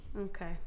okay